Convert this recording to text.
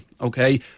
okay